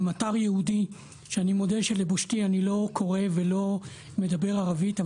אתר ייעודי שאני מודה שלבושתי אני לא קורא ולא מדבר ערבית,